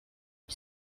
you